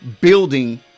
Building